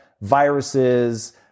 viruses